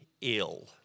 ill